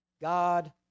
God